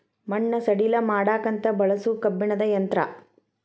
ಮಣ್ಣ ಸಡಿಲ ಮಾಡಾಕಂತ ಬಳಸು ಕಬ್ಬಣದ ಯಂತ್ರಾ